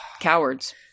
cowards